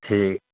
ٹھیک